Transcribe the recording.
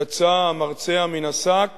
יצא המרצע מן השק